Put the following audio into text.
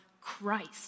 Christ